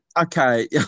okay